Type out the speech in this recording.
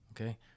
okay